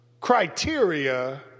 criteria